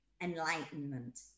enlightenment